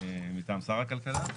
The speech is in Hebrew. מטעם שר הכלכלה.